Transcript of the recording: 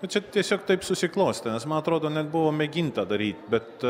nu čia tiesiog taip susiklostė nes man atrodo net buvo mėginta daryt bet